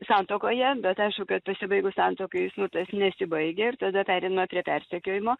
santuokoje bet aišku kad pasibaigus santuokai smurtas nesibaigia ir tada pereina prie persekiojimo